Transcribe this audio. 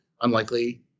unlikely